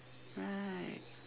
right